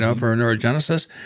ah for a neurogenesis.